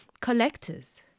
collectors